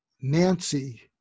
Nancy